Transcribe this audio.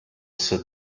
swe